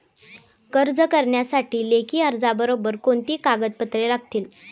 कर्ज करण्यासाठी लेखी अर्जाबरोबर कोणती कागदपत्रे लागतील?